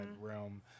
realm